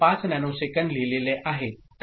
5 nanosecond लिहिलेले आहे